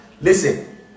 Listen